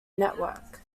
network